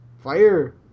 fire